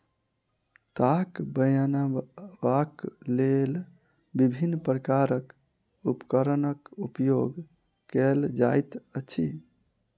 ताग बनयबाक लेल विभिन्न प्रकारक उपकरणक उपयोग कयल जाइत अछि